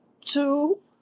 two